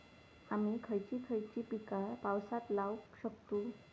आम्ही खयची खयची पीका पावसात लावक शकतु?